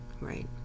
Right